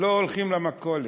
לא הולכים למכולת.